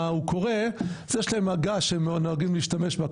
הוא קורה אז יש להם עגה שהם נוהגים להשתמש בה,